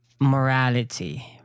morality